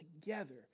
together